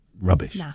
rubbish